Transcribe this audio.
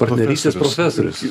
partnerystės profesorius